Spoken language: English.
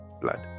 blood